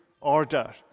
order